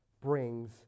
brings